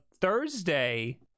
Thursday